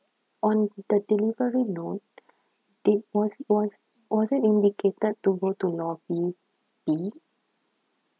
on the delivery note did was was was it indicated to go to lobby B